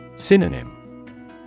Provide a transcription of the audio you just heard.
Synonym